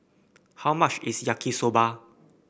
how much is Yaki Soba